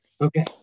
Okay